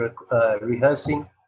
rehearsing